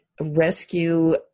rescue